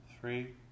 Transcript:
three